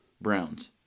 Browns